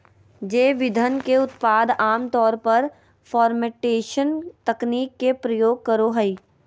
जैव ईंधन के उत्पादन आम तौर पर फ़र्मेंटेशन तकनीक के प्रयोग करो हइ